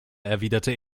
erwiderte